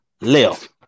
left